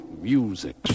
Music